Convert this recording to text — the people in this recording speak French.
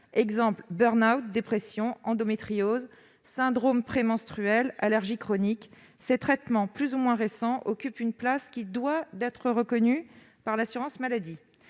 exemple le burn-out, la dépression, l'endométriose, le syndrome prémenstruel, les allergies chroniques -, ces traitements plus ou moins récents occupent une place qui doit être reconnue par l'assurance maladie.